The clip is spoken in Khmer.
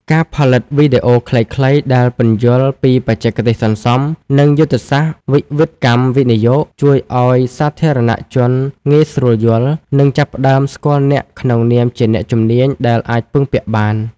ការផលិតវីដេអូខ្លីៗដែលពន្យល់ពីបច្ចេកទេសសន្សំ និងយុទ្ធសាស្ត្រវិវិធកម្មវិនិយោគ ជួយឱ្យសាធារណជនងាយស្រួលយល់ និងចាប់ផ្ដើមស្គាល់អ្នកក្នុងនាមជាអ្នកជំនាញដែលអាចពឹងពាក់បាន។